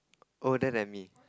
older than me